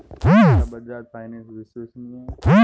क्या बजाज फाइनेंस विश्वसनीय है?